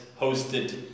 hosted